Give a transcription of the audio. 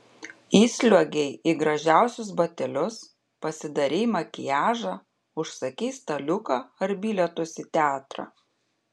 įsliuogei į gražiausius batelius pasidarei makiažą užsakei staliuką ar bilietus į teatrą